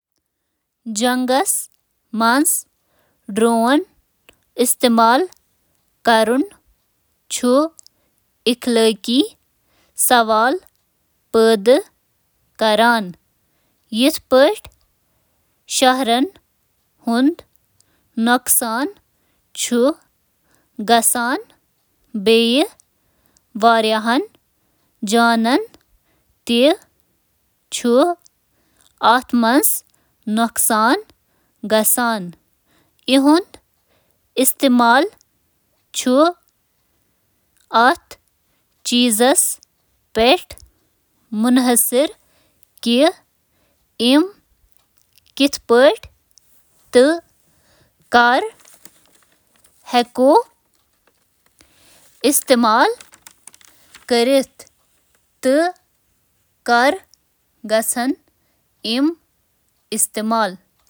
جنگس منٛز ڈرونن ہنٛد استعمال چُھ متنازعہ تہٕ اخلٲقی خدشات پٲدٕ کران: